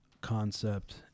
concept